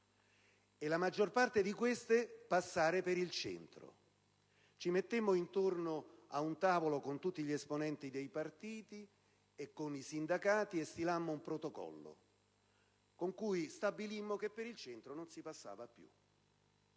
e la maggior parte di queste passava per il centro. Ci sedemmo allora intorno ad un tavolo con tutti gli esponenti dei partiti e con i sindacati e stilammo un protocollo con cui stabilimmo che per il centro non si passava più.